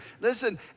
Listen